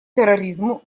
терроризму